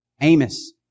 Amos